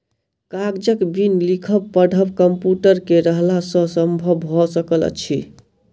कागजक बिन लिखब पढ़ब कम्प्यूटर के रहला सॅ संभव भ सकल अछि